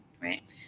right